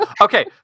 Okay